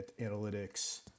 analytics